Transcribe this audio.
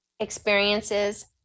experiences